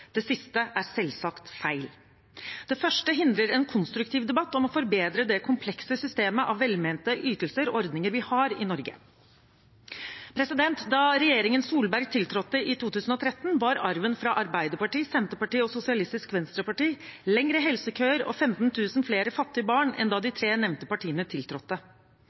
Det siste er selvsagt feil. Det første hindrer en konstruktiv debatt om å forbedre det komplekse systemet av velmente ytelser og ordninger vi har i Norge. Da regjeringen Solberg tiltrådte i 2013, var arven fra Arbeiderpartiet, Senterpartiet og Sosialistisk Venstreparti lengre helsekøer og 15 000 flere fattige barn enn da de tre nevnte partiene tiltrådte.